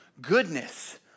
goodness